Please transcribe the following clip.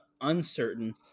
uncertain